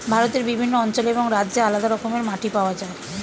ভারতের বিভিন্ন অঞ্চলে এবং রাজ্যে আলাদা রকমের মাটি পাওয়া যায়